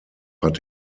hat